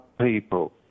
people